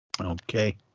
Okay